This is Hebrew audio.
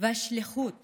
והשליחות